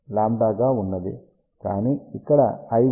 5λ గా ఉన్నది కానీ ఇక్కడ l విలవ 0